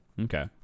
Okay